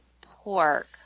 pork